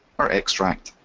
our extract,